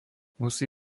musí